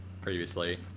previously